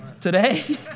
Today